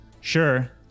Sure